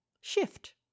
shift